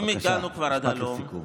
שאם הגענו כבר עד הלום,